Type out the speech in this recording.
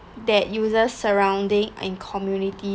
that uses surrounding and community